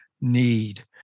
need